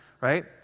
right